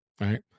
right